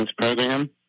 program